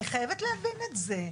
אני חייבת להבין את זה.